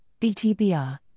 BTBR